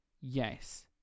yes